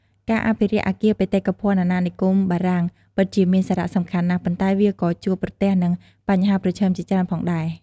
ការអភិរក្សអគារបេតិកភណ្ឌអាណានិគមបារាំងពិតជាមានសារៈសំខាន់ណាស់ ប៉ុន្តែវាក៏ជួបប្រទះនឹងបញ្ហាប្រឈមជាច្រើនផងដែរ។